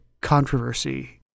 controversy